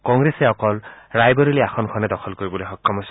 কংগ্ৰেছে অকল ৰায়বেৰেইলি আসনখনহে দখল কৰিবলৈ সক্ষম হৈছে